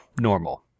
normal